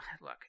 look